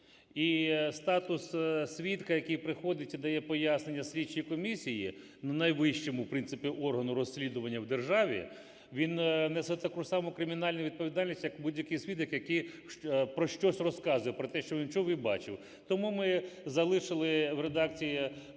І статус свідка, який приходить і дає пояснення слідчій комісії, не найвищому, в принципі, органу розслідування в державі, він несе таку саму кримінальну відповідальність, як будь-який свідок, який про щось розказує, про те, що він чув і бачив. Тому ми залишили в редакції